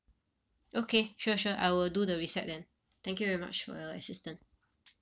okay sure sure I will do the reset then thank you very much for your assistance